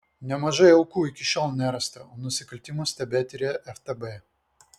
nemažai aukų iki šiol nerasta o nusikaltimus tebetiria ftb